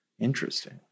Interesting